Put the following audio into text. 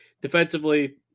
Defensively